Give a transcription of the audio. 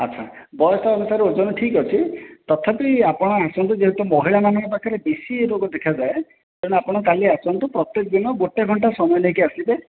ଆଚ୍ଛା ବୟସ ଅନୁସାରେ ଓଜନ ଠିକ୍ ଅଛି ତଥାପି ଆପଣ ଆସନ୍ତୁ ଯେହେତୁ ମହିଳା ମାନଙ୍କ ପାଖରେ ବେଶି ଏ ରୋଗ ଦେଖାଯାଏ ତେଣୁ ଆପଣ କାଲି ଆସନ୍ତୁ ପ୍ରତ୍ୟେକ ଦିନ ଗୋଟେ ଘଣ୍ଟା ସମୟ ନେଇକି ଆସିବେ